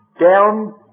down